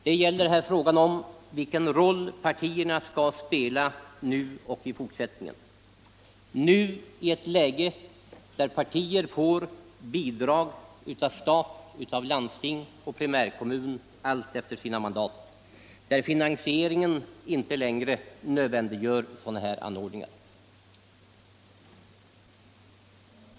Här gäller det frågan om vilken roll partierna skall spela nu och i fortsättningen, i ett läge där partierna får bidrag av stat, landsting och primärkommuner allt efter sina mandat och där finansieringen inte längre nödvändiggör sådana här anordningar.